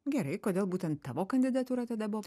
gerai kodėl būtent tavo kandidatūra tada buvo